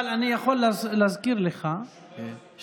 אבל אני יכול להזכיר לך שבזכותך,